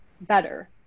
better